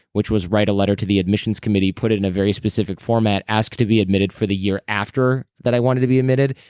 which was write a letter to the admission committee, put it in a very specific format, ask to be admitted for the year after that i wanted to be admitted,